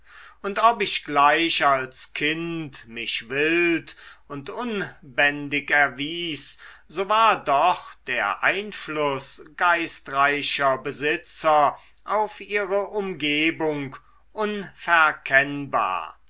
und ob ich gleich als kind mich wild und unbändig erwies so war doch der einfluß geistreicher besitzer auf ihre umgebung unverkennbar